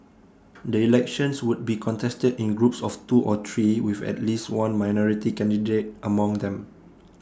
the elections would be contested in groups of two or three with at least one minority candidate among them